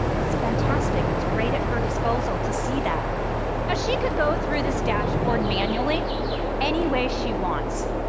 it's fantastic. it's right at her disposal to see that. now she could go through this dashboard manually any way she wants.